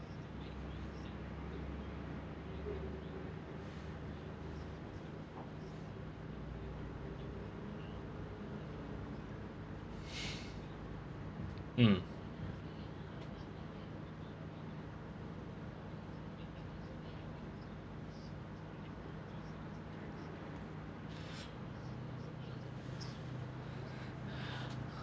mm